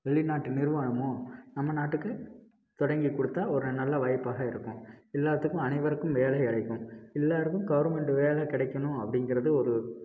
வெளிநாட்டு நிறுவனமோ நம்ம நாட்டுக்கு தொடங்கிக் கொடுத்தா ஒரு நல்ல வாய்ப்பாக இருக்கும் எல்லாத்துக்கும் அனைவருக்கும் வேலை கிடைக்கும் எல்லோருக்கும் கவர்மெண்டு வேலை கிடைக்கணும் அப்படிங்கிறது ஒரு